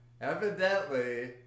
Evidently